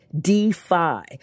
defy